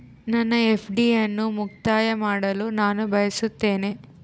ನನ್ನ ಎಫ್.ಡಿ ಅನ್ನು ಮುಕ್ತಾಯ ಮಾಡಲು ನಾನು ಬಯಸುತ್ತೇನೆ